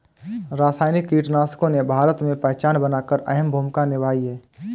रासायनिक कीटनाशकों ने भारत में पहचान बनाकर अहम भूमिका निभाई है